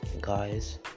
Guys